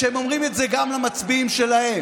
שהם אומרים את זה גם למצביעים שלהם.